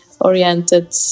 oriented